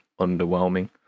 underwhelming